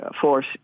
force